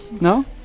No